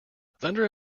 thunder